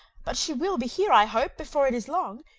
but she will be here, i hope, before it is long.